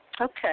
okay